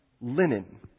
Linen